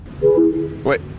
Wait